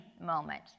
moment